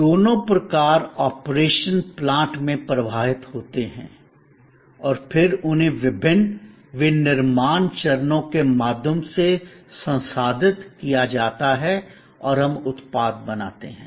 दोनों प्रकार operation plant में प्रवाहित होते हैं और फिर उन्हें विभिन्न विनिर्माण चरणों के माध्यम से संसाधित किया जाता है और हम उत्पाद बनाते हैं